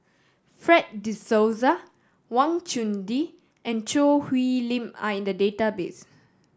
Fred De Souza Wang Chunde and Choo Hwee Lim are in the database